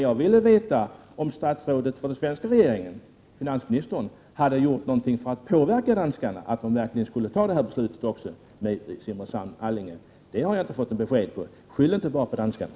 Jag ville veta om finansministern som representant för den svenska regeringen har gjort något för att påverka danskarna att verkligen fatta ett sådant beslut också när det gäller Simrishamn-Allinge. Jag har inte fått något besked på den punkten. Skyll inte bara på danskarna!